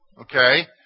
Okay